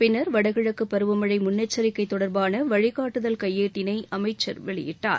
பின்னர் வடகிழக்கு பருவமழை முன்னெச்சரிக்கை தொடர்பான வழிகாட்டுதல் கையேட்டினை அமைச்சர் வெளியிட்டார்